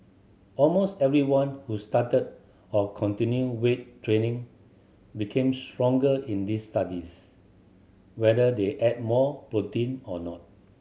almost everyone who started or continued weight training became stronger in these studies whether they ate more protein or not